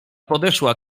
podeszła